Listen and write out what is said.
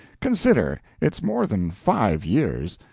consider it's more than five years.